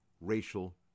racial